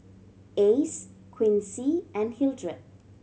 Ace Quincy and Hildred